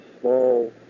small